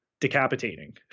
decapitating